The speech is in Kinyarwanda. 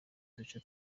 duce